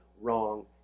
wrong